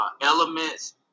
elements